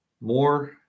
more